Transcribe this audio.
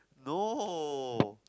no